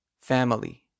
family